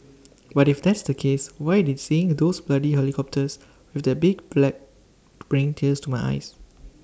but if that's the case why did seeing those bloody helicopters with the big flag bring tears to my eyes